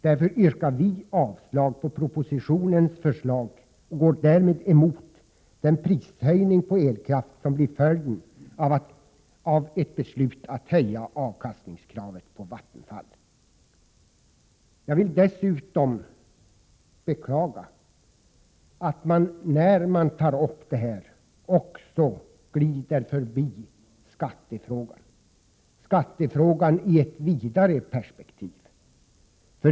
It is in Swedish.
Därför går vi emot propositionens förslag och går därmed också emot den prishöjning på elkraft som blir följden av ett beslut att höja avkastningskravet på Vattenfall. Jag vill dessutom beklaga att skattefrågan glidit förbi i detta sammanhang— skattefrågan i ett vidare perspektiv.